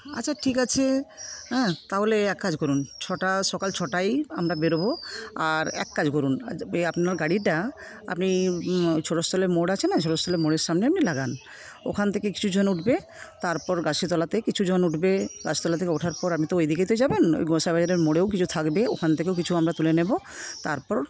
আচ্ছা ঠিক আছে তাহলে এক কাজ করুন ছটা সকাল ছটায়ই আমরা বেরোব আর এক কাজ করুন আপনার গাড়িটা আপনি ছোটোস্থলের মোড় আছে না ছোটোস্থলের মোড়ের সামনে আপনি লাগান ওখান থেকে কিছুজন উঠবে তারপর গাছতলা থেকে কিছুজন উঠবে গাছতলা থেকে ওঠার পর আপনি তো ওইদিকে তো যাবেন ও মোড়েও কিছু থাকবে ওখান থেকেও কিছু আমরা তুলে নেব তারপর